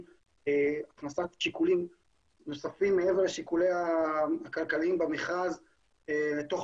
הכנסת שיקולים נוספים מעבר לשיקולים הכלכליים במכרז לתוך